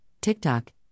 TikTok